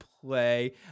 play